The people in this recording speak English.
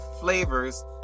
flavors